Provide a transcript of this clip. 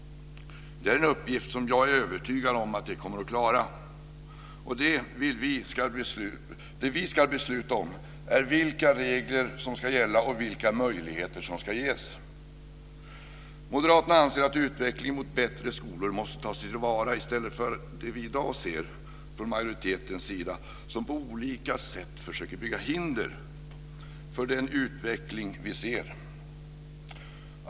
Det är en uppgift som jag är övertygad om att de kommer att klara. Det vi ska besluta om är vilka regler som ska gälla och vilka möjligheter som ska ges. Moderaterna anser att utvecklingen mot bättre skolor måste tas till vara. I stället försöker man från majoritetens sida i dag på olika sätt bygga hinder för den utveckling vi ser.